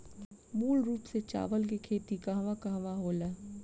मूल रूप से चावल के खेती कहवा कहा होला?